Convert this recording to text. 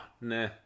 Nah